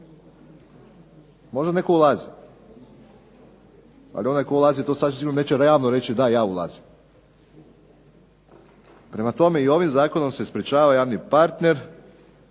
Možda netko ulazi, ali onaj tko ulazi to sasvim sigurno neće realno reći da, ja ulazim. Prema tome, i ovim zakonom se sprečava javni partner